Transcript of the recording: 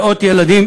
מאות ילדים